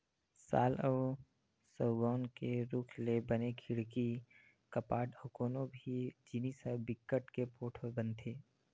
साल अउ सउगौन के रूख ले बने खिड़की, कपाट अउ कोनो भी जिनिस ह बिकट के पोठ बनथे